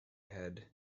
head